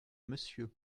monsieur